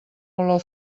olor